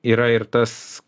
yra ir tas